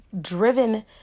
driven